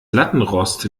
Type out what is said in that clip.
lattenrost